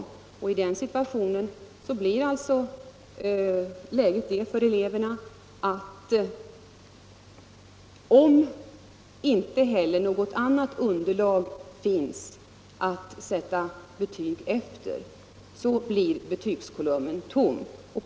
Den situationen innebär för eleverna att, om inte heller något annat underlag finns att sätta betyg efter, betygskolumnen blir tom.